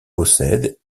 possède